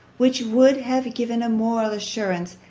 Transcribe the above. which would have given a moral assurance,